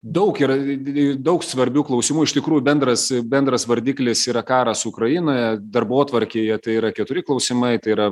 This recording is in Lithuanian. daug yra i daug svarbių klausimų iš tikrųjų bendras bendras vardiklis yra karas ukrainoje darbotvarkėje tai yra keturi klausimai tai yra